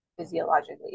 physiologically